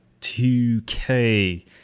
2K